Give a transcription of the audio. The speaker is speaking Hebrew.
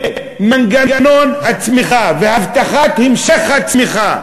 שמנגנון הצמיחה והבטחת המשך הצמיחה